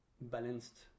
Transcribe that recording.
balanced